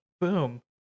boom